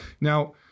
Now